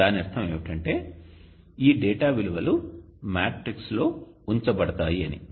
దాని అర్థం ఏమిటంటే ఈ డేటా విలువలు మ్యాట్రిక్స్ లో ఉంచబడతాయి అని